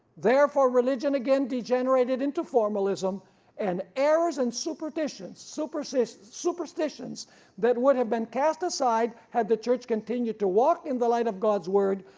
therefore religion again degenerated into formalism and errors and and superstitions superstitions that would have been cast aside had the church continued to walk in the light of god's word,